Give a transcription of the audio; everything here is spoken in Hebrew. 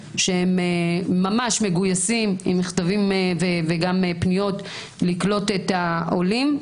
שממש מגויסים עם מכתבים ועם פניות לקלוט את העולים.